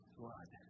blood